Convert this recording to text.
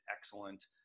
excellent